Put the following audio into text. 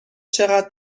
چقدر